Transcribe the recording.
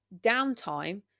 downtime